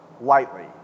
lightly